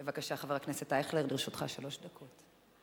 בבקשה, חבר הכנסת אייכלר, לרשותך שלוש דקות.